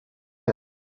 him